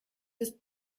ist